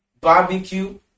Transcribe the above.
barbecue